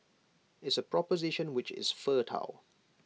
it's A proposition which is fertile